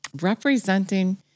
Representing